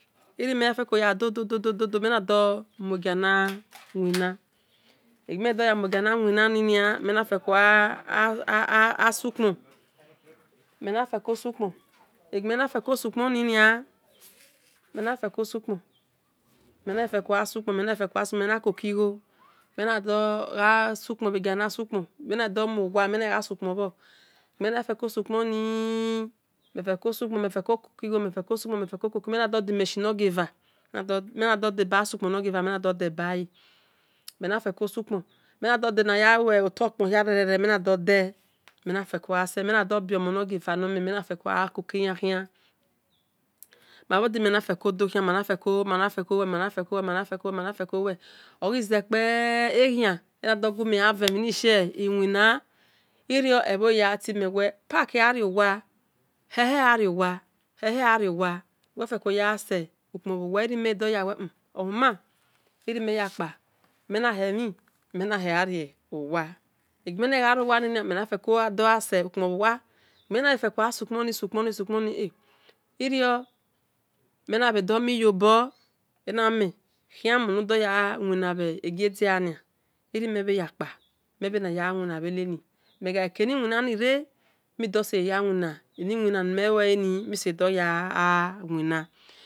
Iri meya feko dodo do do mena do mue giana winna egimena do yamue giana wina ninia mena feko gha su kpon mena kokigho mena dor dor di machine nor gieva mena reko sukpon mena do de na ya lue ole ukpon hia rere mena dor del mel na do del mel na der biomo nor mel nor gieva mena feko gha koki an khian ma bhor dime na feko do khian ma na feko lue okhi sekpe eghian ena dor gumel gha ven bhe ni ghie iwina irio ebho ya timel wel packi ghario wa hehe ghariowa nuwel feko yagha sel sukpon bho wa irio mel ya wel hmm ohuma irio meya kpa mel na hel mhi mel na hel gha riowa egime mena gharo win mena feko dor gha sukpon bhowa egime na feko gha sukpon ni irio mena bhe do mi iyobor ena wume khimu nuwe dor yai winna bhe gie diana mel gha keni winna ni-re midor sel ya-eniwina ni mel lueni mi do seye gha winne